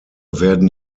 werden